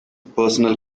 personal